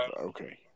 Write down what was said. okay